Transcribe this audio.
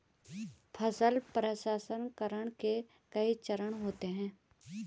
फसल प्रसंसकरण के कई चरण होते हैं